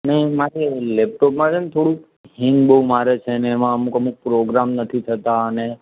અને મારે લેપટોપમાં છે ને થોડુંક હેન્ગ બહુ મારે છે ને એમાં અમુક અમુક પ્રોગ્રામ નથી થતા અને